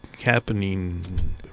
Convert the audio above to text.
happening